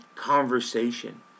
Conversation